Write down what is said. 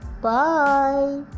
bye